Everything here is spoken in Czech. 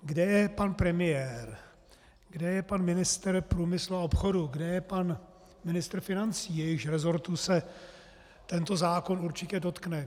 Kde je pan premiér, kde je pan ministr průmyslu a obchodu, kde je pan ministr financí, jejichž resortů se tento zákon určitě dotkne?